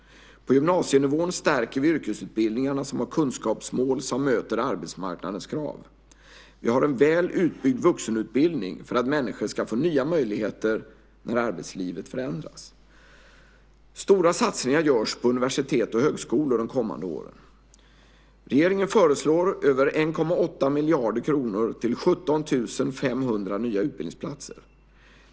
På gymnasienivån stärker vi yrkesutbildningarna som har kunskapsmål som möter arbetsmarknadens krav. Vi har en väl utbyggd vuxenutbildning för att människor ska få nya möjligheter när arbetslivet förändras. Stora satsningar görs på universitet och högskolor de kommande åren. Regeringen föreslår över 1,8 miljarder kronor till 17 500 nya utbildningsplatser.